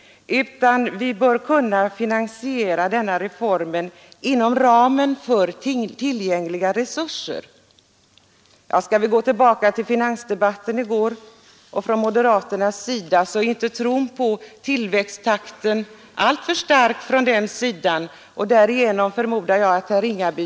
Vi bör kunna finansiera denna reform inom ramen för tillgängliga resurser, sade han. I gårdagens finansdebatt var moderaternas tro på tillväxttakten i vårt land inte alltför stark.